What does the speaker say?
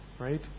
Right